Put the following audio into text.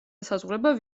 ესაზღვრება